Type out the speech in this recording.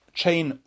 chain